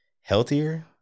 healthier